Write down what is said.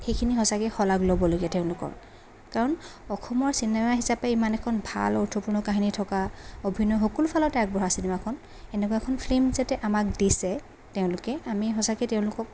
সেইখিনি সচাকে শলাগ ল'বলগীয়া তেওঁলোকৰ কাৰণ অসমৰ চিনেমা হিচাপে ইমান এখন ভাল অৰ্থপূৰ্ণ কাহিনী থকা অভিনয় সকলো ফালতে আগবঢ়া চিনেমাখন এনেকুৱা এখন ফিল্ম যাতে আমাক দিছে তেওঁলোকে আমি সঁচাকে তেওঁলোকক